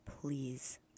please